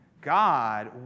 God